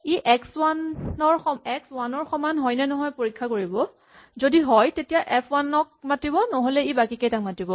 ই X one ৰ সমান হয় নে নহয় পৰীক্ষা কৰিব যদি হয় তেতিয়া এফ ৱান ক মাতিব নহ'লে ই বাকীকেইটাক মাতিব